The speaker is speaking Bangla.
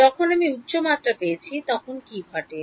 যখন আমি উচ্চ মাত্রা পেয়েছি তখন কী ঘটে